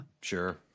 Sure